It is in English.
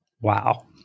Wow